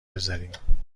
بزاریم